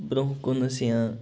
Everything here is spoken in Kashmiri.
برۄنٛہہ کُنَس یا